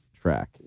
track